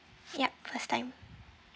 yup first time